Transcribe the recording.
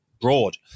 broad